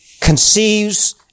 conceives